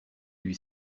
lui